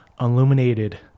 illuminated